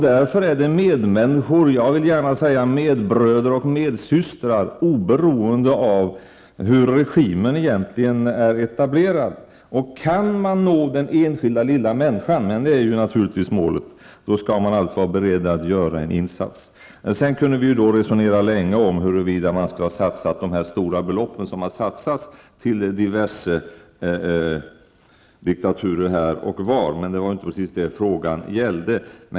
Därför är de medmänniskor -- jag vill gärna säga medbröder och medsystrar -- oberoende av hur regimen är etablerad. Kan man nå den enskilda, lilla människan -- och det är naturligtvis målet -- skall man vara beredd att göra en insats. Vi kunde resonera länge om huruvida man borde ha satsat de stora belopp som har satsats på diverse diktaturer här och var, men det var inte detta frågan gällde.